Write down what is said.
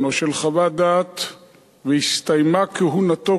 או של חוות דעת והסתיימה כהונתו,